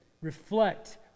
reflect